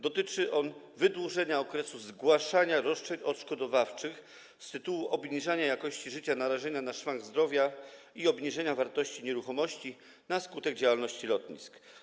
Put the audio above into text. Dotyczy on wydłużenia okresu zgłaszania roszczeń odszkodowawczych z tytułu obniżenia jakości życia, narażenia na szwank zdrowia i obniżenia wartości nieruchomości na skutek działalności lotnisk.